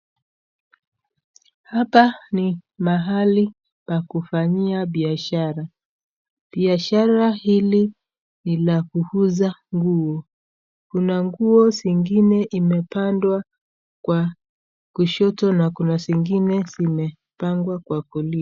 Hapa ni mahali pa kufanyia biashara. Biashara hili ni la kuuza nguo. Kuna nguo zingine imepangwa kwa kushoto na kuna zingine zimepangwa kwa kulia.